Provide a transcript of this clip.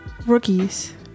rookies